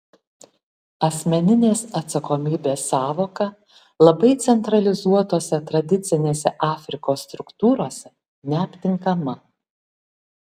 asmeninės atsakomybės sąvoka labai centralizuotose tradicinėse afrikos struktūrose neaptinkama